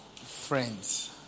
Friends